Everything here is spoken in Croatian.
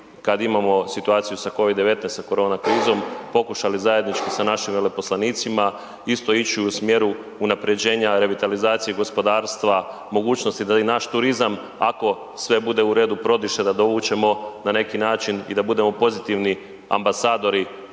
kada imamo situaciju sa COVID-19, sa korona krizom, pokušali zajednički sa našim veleposlanicima isto ići u smjeru unaprjeđenja, revitalizacije gospodarstva, mogućnosti da i naš turizam, ako sve bude u redu, prodiše, da dovučemo na neki način i da budemo pozitivni ambasadori